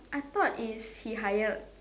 I thought is he hired